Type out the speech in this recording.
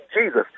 Jesus